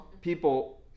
people